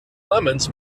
lemons